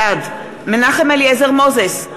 בעד מנחם אליעזר מוזס,